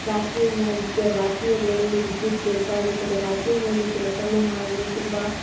ರಾತ್ರಿಯ ನಂತ ರಾತ್ರಿಯ ವೇಳೆಯಲ್ಲಿ ವಿದ್ಯುತ್ ಬೇಕೇ ಆಗುತ್ತದೆ ರಾತ್ರಿಯ ವೇಳೆಯಲ್ಲಿ ಕೆಲಸಗಳು ಮಾಡಲು ತುಂಬ